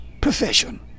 profession